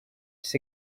this